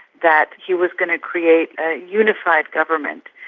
that he was going to create a unified government,